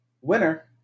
Winner